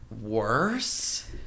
worse